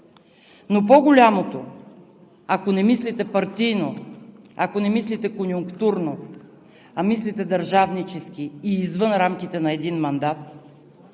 Но по-голямото, ако не мислите партийно, ако не мислите конюнктурно, а мислите държавнически и извън рамките на един мандат,